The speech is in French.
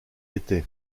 était